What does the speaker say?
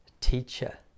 teacher